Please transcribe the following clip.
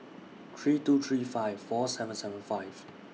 three two three five four seven seven five